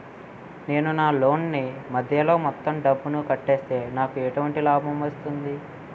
నేను నా లోన్ నీ మధ్యలో మొత్తం డబ్బును కట్టేస్తే నాకు ఎటువంటి లాభం వస్తుంది?